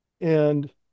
And-